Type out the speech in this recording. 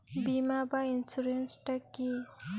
বিমা বা ইন্সুরেন্স টা কি?